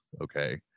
Okay